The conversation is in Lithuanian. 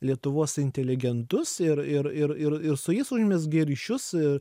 lietuvos inteligentus ir ir ir ir ir su jais užmezgė ryšius